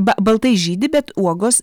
ba baltai žydi bet uogos